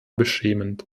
beschämend